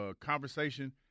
conversation